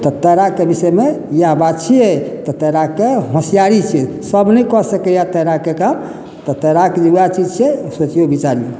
तऽ तैराके विषयमे इएह बात छियै तऽ तैराकके होसियारी छियै सभ नहि कऽ सकैया तैराकके काम तऽ तैराकके जे वएह चीज छै सोचियौ बिचारियौ